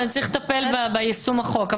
צריך לטפל ביישום החוק,